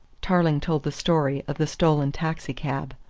tarling told the story of the stolen taxicab.